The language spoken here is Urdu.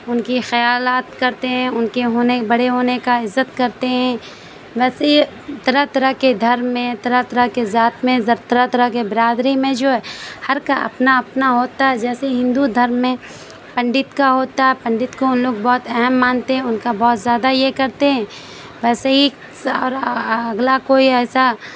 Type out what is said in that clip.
ان کی خیالات کرتے ہیں ان کے ہونے بڑے ہونے کا عزت کرتے ہیں ویسے یہ طرح طرح کے دھرم میں طرح طرح کے ذات میں طرح طرح کے برادری میں جو ہے ہر کا اپنا اپنا ہوتا ہے جیسے ہندو دھرم میں پنڈت کا ہوتا ہے پنڈت کو ان لوگ بہت اہم مانتے ہیں ان کا بہت زیادہ یہ کرتے ہیں ویسے ہی اور اگلا کوئی ایسا